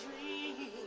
dream